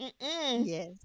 yes